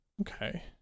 Okay